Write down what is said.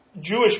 Jewish